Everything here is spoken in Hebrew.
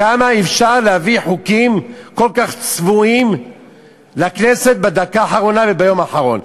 כמה אפשר להביא חוקים כל כך צבועים לכנסת בדקה האחרונה וביום האחרון?